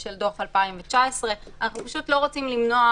אני גם חושב שיש פה עוד עניין,